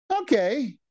okay